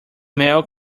mail